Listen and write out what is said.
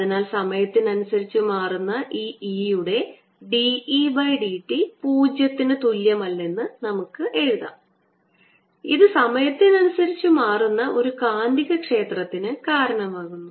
അതിനാൽ സമയത്തിനനുസരിച്ച് മാറുന്ന ഈ E യുടെ dE by dt പൂജ്യത്തിന് തുല്യമല്ലെന്ന് നമുക്ക് എഴുതാം ഇത് സമയത്തിനനുസരിച്ച് മാറുന്ന ഒരു കാന്തികക്ഷേത്രത്തിന് കാരണമാകുന്നു